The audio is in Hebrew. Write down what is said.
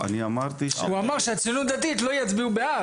הוא אמר שהציונות הדתית לא יצביעו בעד.